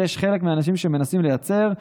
שחלק מהאנשים מנסים לייצר,